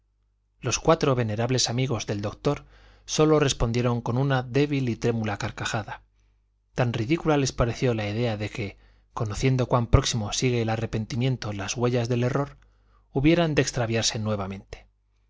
los cuatro venerables amigos del doctor sólo respondieron con una débil y trémula carcajada tan ridícula les pareció la idea de que conociendo cuán próximo sigue el arrepentimiento las huellas del error hubieran de extraviarse nuevamente